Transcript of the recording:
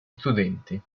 studenti